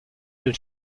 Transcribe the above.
elle